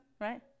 right